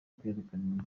kwerekana